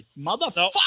Motherfucker